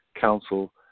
council